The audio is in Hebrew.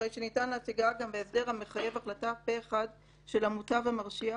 הרי שניתן להשיגה גם בהסדר המחייב החלטה פה-אחד של המוטב המרשיע,